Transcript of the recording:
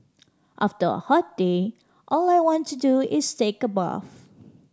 after a hot day all I want to do is take a bath